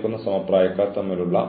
സൂക്ഷിക്കുകയാണെങ്കിൽ ലംഘനങ്ങളെ ഓർഗനൈസേഷൻ കൈകാര്യം ചെയ്യുന്ന രീതിയിൽ സ്ഥിരത ഉറപ്പാക്കാൻ നിങ്ങൾക്ക് കഴിയും